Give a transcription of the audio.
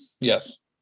Yes